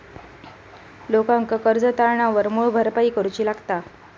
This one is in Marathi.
लोकांका कर्ज तारणावर मूळ भरपाई करूची लागता